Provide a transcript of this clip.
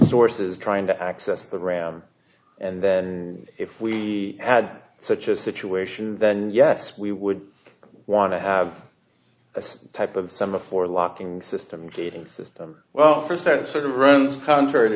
sources trying to access the ram and then if we had such a situation then yes we would want to have some type of some a for locking system creating system well first time sort of runs contrary to